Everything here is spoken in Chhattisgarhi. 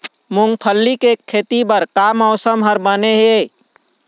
मूंगफली के खेती बर का मौसम हर बने ये?